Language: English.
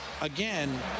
again